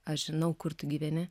aš žinau kur tu gyveni